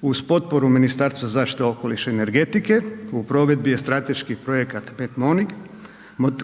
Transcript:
uz potporu Ministarstva zaštite okoliša i energetike u provedbi je strateški projekat METMONIC